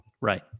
right